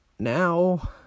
now